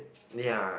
ya